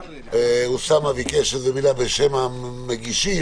אוסאמה ביקש מילה בשם המגישים.